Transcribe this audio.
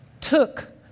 took